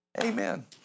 Amen